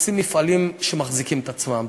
רוצים מפעלים שמחזיקים את עצמם.